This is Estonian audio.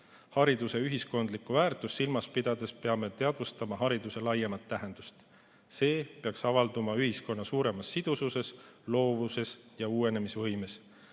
Hariduse ühiskondlikku väärtust silmas pidades peame teadvustama hariduse laiemat tähendust. See peaks avalduma ühiskonna suuremas sidususes, loovuses ja uuenemisvõimes.